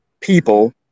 people